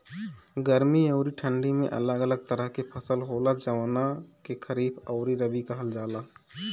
गर्मी अउरी ठंडी में अलग अलग तरह के फसल होला, जवना के खरीफ अउरी रबी कहल जला